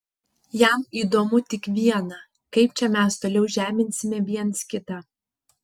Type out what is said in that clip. jam įdomu tik viena kaip čia mes toliau žeminsime viens kitą